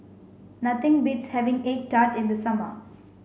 nothing beats having egg tart in the summer